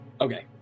Okay